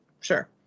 sure